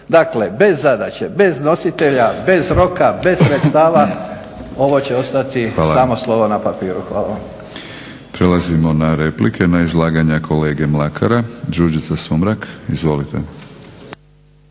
Dakle bez zadaće, bez nositelja, bez roka, bez sredstva ovo će ostati samo slovo na papiru. Hvala. **Batinić, Milorad (HNS)** Hvala. Prelazimo na replike na izlaganja kolege Mlakara. Đurđica Sumrak. Izvolite.